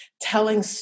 telling